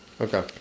Okay